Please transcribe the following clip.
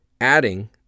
adding